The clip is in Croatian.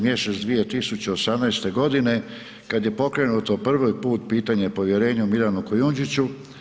mjesec 2018. godine kada je pokrenuto prvi put pitanje povjerenja Milanu Kujundžiću.